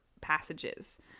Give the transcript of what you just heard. passages